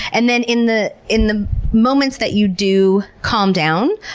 and then in the in the moments that you do calm down,